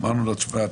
אמרנו לו: תשמע,